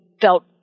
felt